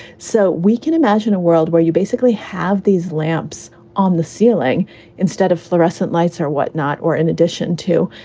so we can imagine a world where you basically have these lamps on the ceiling instead of fluorescent lights or whatnot or in addition to.